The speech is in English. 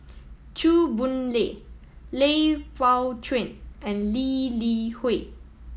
Chew Boon Lay Lui Pao Chuen and Lee Li Hui